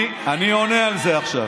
אני עונה על זה עכשיו.